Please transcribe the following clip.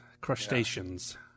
crustaceans